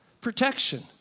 protection